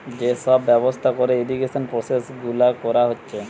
যে সব ব্যবস্থা কোরে ইরিগেশন প্রসেস গুলা কোরা হচ্ছে